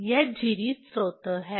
यह झिरी स्रोत है